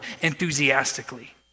enthusiastically